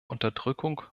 unterdrückung